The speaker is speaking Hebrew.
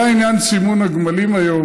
עלה עניין סימון הגמלים היום,